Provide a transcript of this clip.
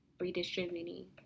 redistributing